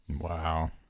Wow